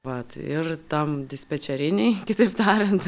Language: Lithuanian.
vat ir tam dispečerinėj kitaip tariant